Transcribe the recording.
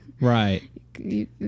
right